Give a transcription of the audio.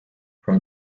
from